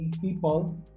people